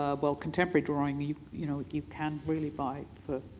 ah but contemporary drawing you you know you can really buy for.